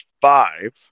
five